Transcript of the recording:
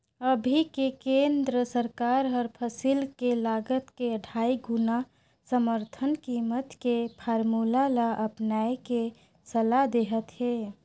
अभी के केन्द्र सरकार हर फसिल के लागत के अढ़ाई गुना समरथन कीमत के फारमुला ल अपनाए के सलाह देहत हे